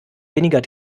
weniger